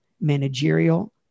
managerial